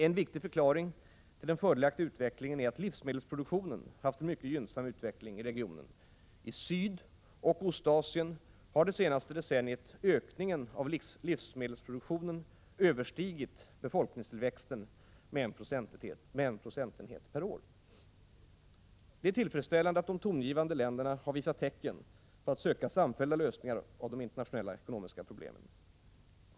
En viktig förklaring till den fördelaktiga utvecklingen är att livsmedelsproduktionen haft en mycket gynnsam utveckling i regionen. I Sydoch Ostasien har det senaste decenniet ökningen av livsmedelsproduktionen överstigit befolkningstillväxten med en procentenhet per år. Det är tillfredsställande att de tongivande länderna har visat tecken på att söka samfällda lösningar på de internationella ekonomiska problemen.